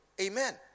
amen